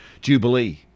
jubilee